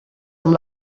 amb